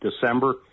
December